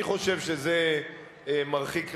אני חושב שזה מרחיק לכת,